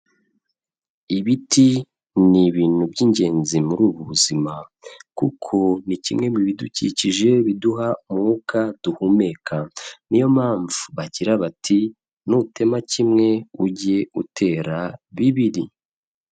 Ibiti ni ibintu by'ingenzi muri ubu buzima kuko ni kimwe mu bidukikije biduha umwuka duhumeka, niyo mpamvu bagira bati nutema kimwe ujye utera bibiri.